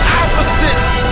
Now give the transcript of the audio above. opposites